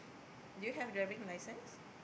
do you have driving licence